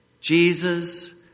Jesus